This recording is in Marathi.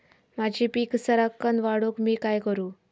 माझी पीक सराक्कन वाढूक मी काय करू?